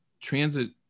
transit